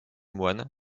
moines